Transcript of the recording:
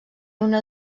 una